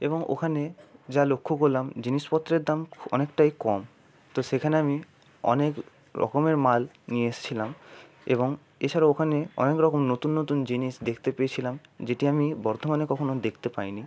এবং ওখানে যা লক্ষ্য করলাম জিনিসপত্রের দাম অনেকটাই কম তো সেখানে আমি অনেক রকমের মাল নিয়ে এসছিলাম এবং এছাড়াও ওখানে অনেক রকম নতুন নতুন জিনিস দেখতে পেয়েছিলাম যেটি আমি বর্তমানে কখনো দেখতে পাই নি